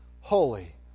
holy